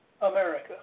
America